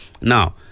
Now